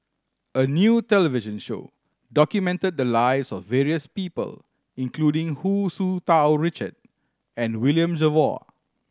a new television show documented the lives of various people including Hu Tsu Tau Richard and William Jervo